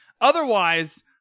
Otherwise